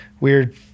weird